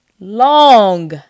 long